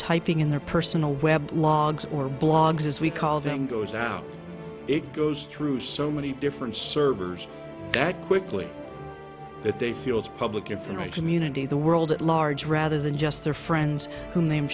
typing in their personal web logs or blogs as we call them goes out it goes through so many different servers that quickly that they feel as public it's a nice immunity the world at large rather than just their friends who name